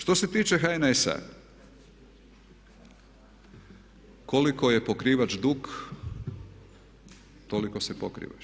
Što se tiče HNS-a, koliko je pokrivač dug toliko se pokrivaš.